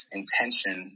intention